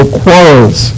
quarrels